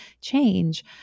change